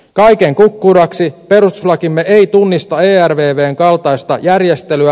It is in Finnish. kaiken kukkuraksi perustuslakimme ei tunnista ervvn kaltaista järjestelyä